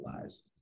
lies